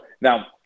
Now